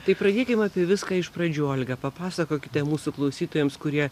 tai pradėkim apie viską iš pradžių olga papasakokite mūsų klausytojams kurie